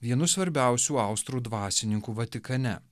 vienu svarbiausių austrų dvasininkų vatikane